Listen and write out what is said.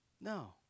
No